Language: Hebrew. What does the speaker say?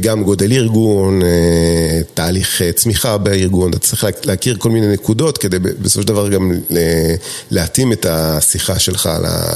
גם גודל ארגון, תהליך צמיחה בארגון, אתה צריך להכיר כל מיני נקודות כדי בסופו של דבר גם להתאים את השיחה שלך